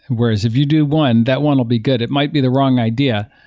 whereas if you do one, that one will be good. it might be the wrong idea,